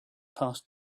passed